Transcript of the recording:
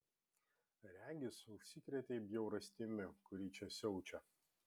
regis užsikrėtei bjaurastimi kuri čia siaučia